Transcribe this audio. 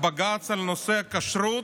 בג"ץ על נושא הכשרות,